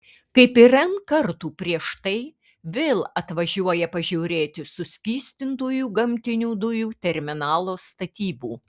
kaip ir n kartų prieš tai vėl atvažiuoja pažiūrėti suskystintųjų gamtinių dujų terminalo statybų